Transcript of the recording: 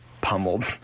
pummeled